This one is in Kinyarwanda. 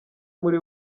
muri